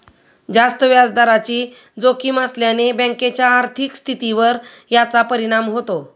जास्त व्याजदराची जोखीम असल्याने बँकेच्या आर्थिक स्थितीवर याचा परिणाम होतो